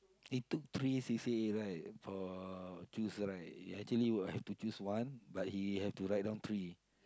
he took three C_C_A right for choose right he actually have to choose one but he have to write down three